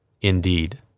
Indeed